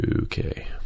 Okay